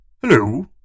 Hello